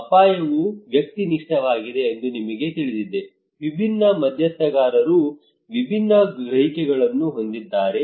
ಅಪಾಯವು ವ್ಯಕ್ತಿನಿಷ್ಠವಾಗಿದೆ ಎಂದು ನಮಗೆ ತಿಳಿದಿದೆ ವಿಭಿನ್ನ ಮಧ್ಯಸ್ಥಗಾರರು ವಿಭಿನ್ನ ಗ್ರಹಿಕೆಗಳನ್ನು ಹೊಂದಿದ್ದಾರೆ